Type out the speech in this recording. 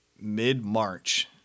mid-March